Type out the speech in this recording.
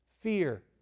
fear